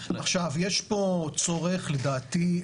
עכשיו יש פה צורך, לדעתי.